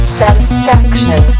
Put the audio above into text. satisfaction